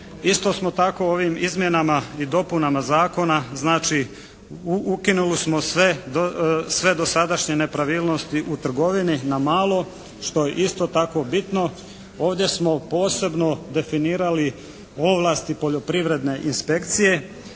Isto smo tako ovim izmjenama i dopunama zakona znači ukinuli smo sve dosadašnje nepravilnosti u trgovini na malo što je isto tako bitno. Ovdje smo posebno definirali ovlasti poljoprivredne inspekcije